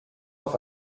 auf